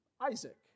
Isaac